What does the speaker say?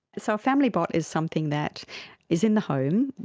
so a family bot is something that is in the home.